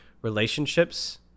relationships